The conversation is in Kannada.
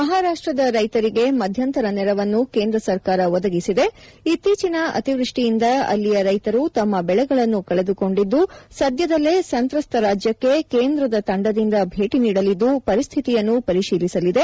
ಮಹಾರಾಷ್ವದ ರೈತರಿಗೆ ಮಧ್ಯಂತರ ನೆರವನ್ನು ಕೇಂದ್ರ ಸರ್ಕಾರ ಒದಗಿಸಿದೆ ಇತ್ತೀಚಿನ ಅತಿವ್ವಚ್ಚಿಯಿಂದ ಅಲ್ಲಿಯ ರೈತರು ತಮ್ಮ ಬೆಳೆಗಳನ್ನು ಕಳೆದು ಕೊಂಡಿದ್ದು ಸದ್ಯದಲ್ಲೇ ಸಂತ್ರಸ್ತ ರಾಜ್ಯಕ್ಕೆ ಕೇಂದ್ರದ ತಂಡ ಭೇಟಿ ನೀಡಲಿದ್ದು ಪರಿಸ್ಡಿತಿಯನ್ನು ಪರಿಶೀಲಿಸಲಿದೆ